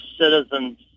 citizens